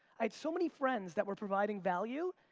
i'd so many friends that were providing value,